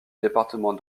département